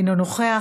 אינו נוכח,